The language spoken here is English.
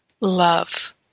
love